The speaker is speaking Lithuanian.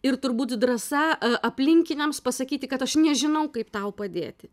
ir turbūt drąsa aplinkiniams pasakyti kad aš nežinau kaip tau padėti